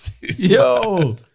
Yo